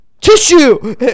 tissue